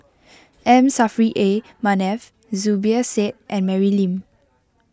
M Saffri A Manaf Zubir Said and Mary Lim